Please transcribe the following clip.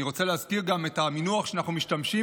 אני רוצה להזכיר את המינוח שאנחנו משתמשים